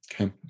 Okay